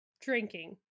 drinking